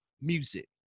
music